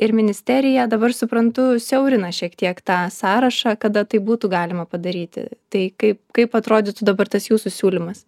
ir ministerija dabar suprantu siaurina šiek tiek tą sąrašą kada tai būtų galima padaryti tai kaip kaip atrodytų dabar tas jūsų siūlymas